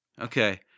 Okay